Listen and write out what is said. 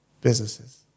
businesses